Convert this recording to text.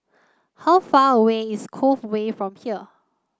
how far away is Cove Way from here